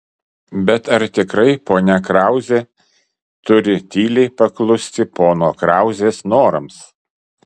bet ar tikrai ponia krauzė turi tyliai paklusti pono krauzės norams